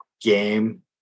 game